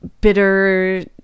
bitter